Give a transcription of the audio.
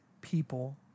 people